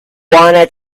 wanna